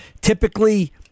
Typically